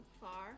far